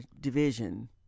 division